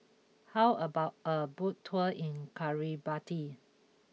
how about a boat tour in Kiribati